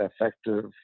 effective